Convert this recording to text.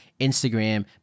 Instagram